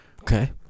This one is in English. Okay